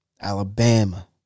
Alabama